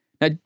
Now